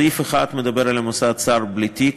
סעיף 1 מדבר על המוסד שר בלי תיק.